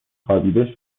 خوابیده